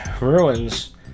ruins